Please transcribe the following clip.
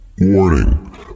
Warning